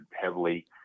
heavily